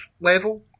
level